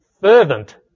Fervent